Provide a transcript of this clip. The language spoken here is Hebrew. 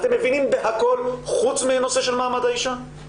אתם מבינים בכול חוץ מנושא מעמד האישה?